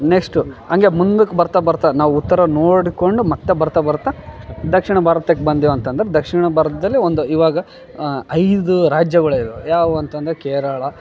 next ಹಂಗೇ ಮುಂದಕ್ಕೆ ಬರ್ತ ಬರ್ತ ನಾವು ಉತ್ತರ ನೋಡ್ಕೊಂಡು ಮತ್ತೆ ಬರ್ತ ಬರ್ತ ದಕ್ಷಿಣ ಭಾರತಕ್ಕೆ ಬಂದೆವು ಅಂತಂದ್ರೆ ದಕ್ಷಿಣ ಭಾರತದಲ್ಲಿ ಒಂದು ಇವಾಗ ಐದು ರಾಜ್ಯಗಳಿವೆ ಯಾವುವು ಅಂತಂದ್ರೆ ಕೇರಳ